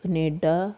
Canada